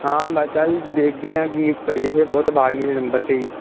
ਹਾਂ ਬਸ ਕੱਲ੍ਹ ਦੇਖਦੇ ਹਾਂ ਕੀ ਕਰੀਏ ਫਿਰ ਉਹ ਤਾਂ ਬਾਰਵੀਂ ਦੇ ਨੰਬਰ 'ਤੇ